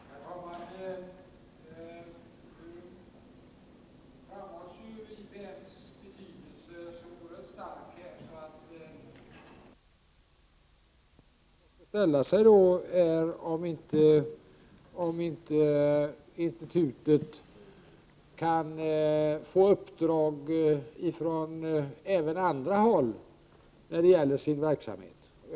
Herr talman! IPM:s betydelse framhålls här så oerhört starkt. En fråga som man då kan ställa sig är, om inte institutet kan få uppdrag även från annat håll inom institutets verksamhetsområde.